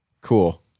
cool